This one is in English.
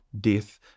death